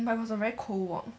but it was a very cold walk